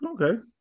Okay